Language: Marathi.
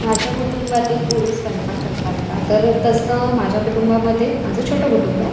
माझ्या कुटुंबातील पुरुष स्वयंपाक करतात का तर तसं माझ्या कुटुंबामध्ये माझं छोटं कुटुंब आहे